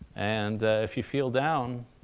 and ah if you feel down,